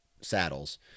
saddles